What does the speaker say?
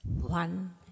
one